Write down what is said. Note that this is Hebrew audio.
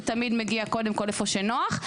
זה תמיד מגיע קודם כל איפה שנוח,